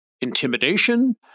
intimidation